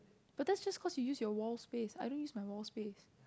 but that's just cause you use your wall space I don't use my wall space